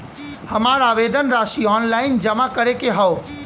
हमार आवेदन राशि ऑनलाइन जमा करे के हौ?